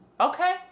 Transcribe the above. Okay